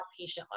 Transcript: outpatient